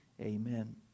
Amen